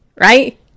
right